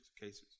cases